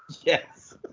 Yes